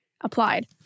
applied